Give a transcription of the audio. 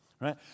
right